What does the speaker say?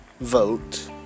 vote